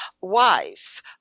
Wives